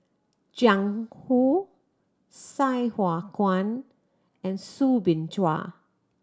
Jiang Hu Sai Hua Kuan and Soo Bin Chua